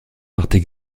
partent